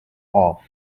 off